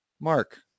Mark